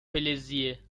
فلزیه